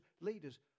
leaders